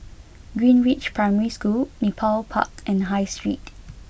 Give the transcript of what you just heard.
Greenridge Primary School Nepal Park and High Street